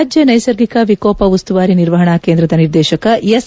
ರಾಜ್ಯ ನೈಸರ್ಗಿಕ ವಿಕೋಪ ಉಸ್ತುವಾರಿ ನಿರ್ವಹಣಾ ಕೇಂದ್ರದ ನಿರ್ದೇಶಕ ಎಸ್